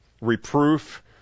reproof